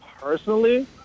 Personally